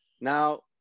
Now